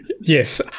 Yes